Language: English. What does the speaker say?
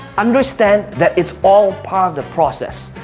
understand that it's all part of the process,